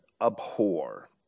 abhor